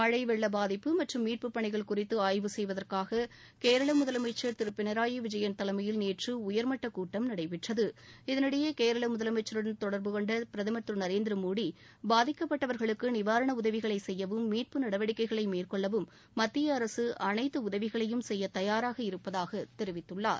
மழை வெள்ள பாதிப்பு மற்றும் மீட்பு பணிகள் குறித்து ஆய்வு செய்வதற்காக கேரளா முதலமைச்சர் திரு பினராயி விஜயன் தலைமையில் நேற்று உயர்மட்டக்கூட்டம் நடைபெற்றது இதனிடையே கேரள முதலமைச்சருடன் தொடர்பு கொண்ட பிரதமர் திரு நரேந்திர மோடி பாதிக்கப்பட்டவர்களுக்கு நிவாரண உதவிகளை செய்யவும் மீட்பு நடவடிக்கைகளை மேற்கொள்ளவும் மத்திய அரசு அனைத்து உதவிகளையும் செய்ய தயாராக இருப்பதாக தெரிவித்துள்ளார்